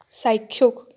চাক্ষুষ